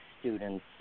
students